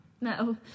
No